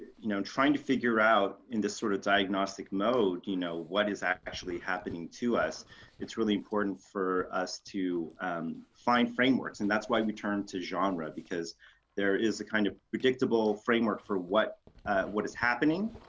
you know trying to figure out in this sort of diagnostic mode, you know, what is actually happening to us it's really important for us to find frameworks and that's why we turn to genre because there is a kind of predictable framework for what what is happening,